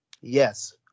Yes